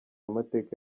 amateka